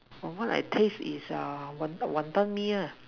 from what I taste is uh wan~ Wanton-Mee ah